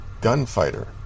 gunfighter